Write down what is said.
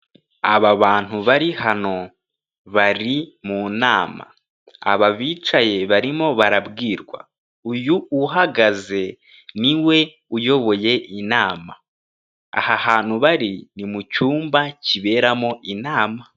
Aba bantu bari hano bari mu nama, aba bicaye barimo barabwirwa, uyu uhagaze ni we uyoboye inama, aha hantu bari ni mu cyumba kiberamo inama.